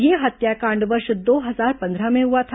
यह हत्याकांड वर्ष दो हजार पंद्रह में हुआ था